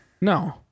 No